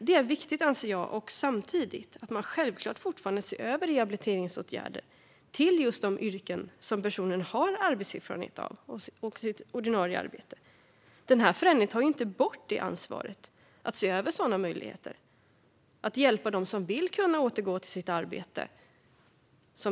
Det är självklart viktigt, anser jag, att man fortfarande ser över rehabiliteringsåtgärder när det gäller de yrken som personen har arbetserfarenhet av och personens ordinarie arbete. Den här förändringen tar inte bort ansvaret att se över sådana möjligheter och att hjälpa dem som vill kunna återgå till sitt arbete.